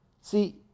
See